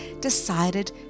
decided